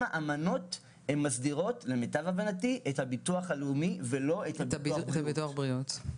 גם האמנות מסדירות את הביטוח הלאומי ולא את ביטוח הבריאות.